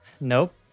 Nope